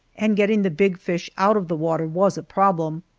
and getting the big fish out of the water was a problem,